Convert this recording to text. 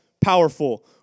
powerful